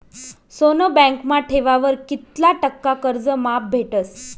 सोनं बँकमा ठेवावर कित्ला टक्का कर्ज माफ भेटस?